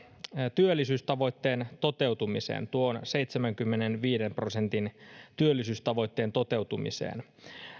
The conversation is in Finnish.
työllisyystavoitteen toteutumiseen tuon seitsemänkymmenenviiden prosentin työllisyystavoitteen toteutumiseen